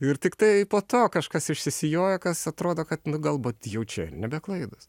ir tiktai po to kažkas išsisijoja kas atrodo kad nu galbūt jau čia ir nebe klaidos